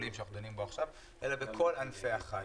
הלולים בו אנחנו דנים אלא בכל ענפי החי.